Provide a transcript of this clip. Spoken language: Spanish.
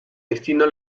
destino